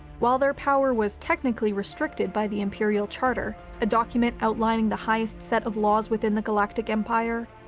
while their power was technically restricted by the imperial charter, a document outlining the highest set of laws within the galactic empire,